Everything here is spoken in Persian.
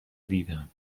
دیدم